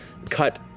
Cut